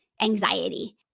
anxiety